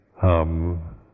hum